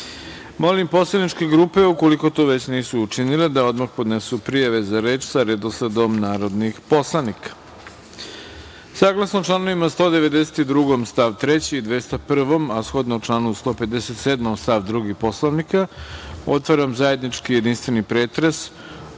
poslaničke grupe, ukoliko to već nisu učinile da odmah podnesu prijave za reč sa redosledom narodnih poslanika. Saglasno članovima 192. stav 3. i 201, a shodno članu 157. stav 2. Poslovnika, otvaram zajednički jedinstveni pretres